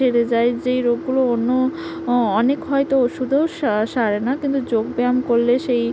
সেরে যায় যেই রোগগুলো অন্য অনেক হয়তো ওষুধেও সারে না কিন্তু যোগ ব্যায়াম করলে সেই